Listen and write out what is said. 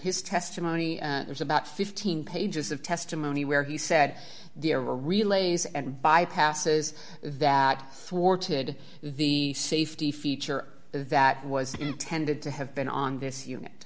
his testimony there's about fifteen pages of testimony where he said dia relays and bypasses that swore to the safety feature that was intended to have been on this unit